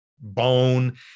bone